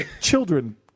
children